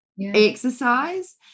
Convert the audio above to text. Exercise